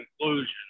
conclusion